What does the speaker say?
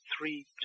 three